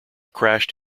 crashed